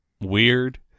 weird